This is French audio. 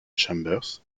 chambers